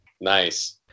Nice